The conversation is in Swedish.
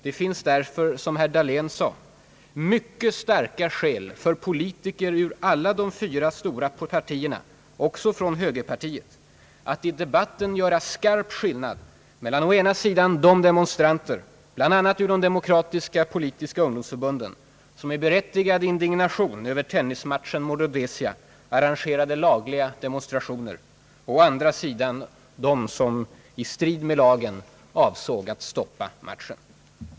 Det finns därför, som herr Dahlén sade, mycket starka skäl för politiker ur alla de fyra stora partierna, också från högerpartiet, att i debatten göra skarp skillnad mellan å ena sidan de demonstranter, bl.a. ur de demokratiska politiska ungdomsförbunden, som i berättigad indignation över tennismatchen mot Rhodesia anordnade lagliga demonstrationer och å andra sidan de som avsåg alt i strid mot lagen stoppa matchen.